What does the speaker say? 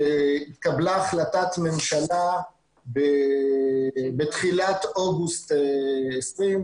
והתקבלה החלטת ממשלה בתחילת אוגוסט 20',